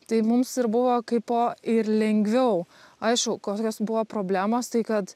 tai mums ir buvo kaipo ir lengviau aišku kokios buvo problemos tai kad